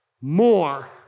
more